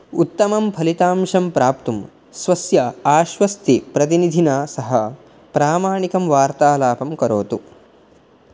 उत्तमं फलितांशं प्राप्तुं स्वस्य आश्वस्तिप्रतिनिधिना सह प्रामाणिकं वार्तालापं करोतु